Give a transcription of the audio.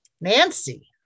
Nancy